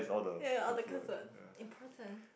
ya all the curse words important